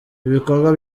ibikorwa